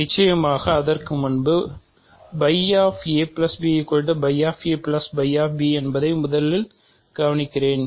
நிச்சயமாக அதற்கு முன் என்பதை முதலில் கவனிக்கிறேன்